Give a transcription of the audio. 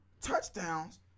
touchdowns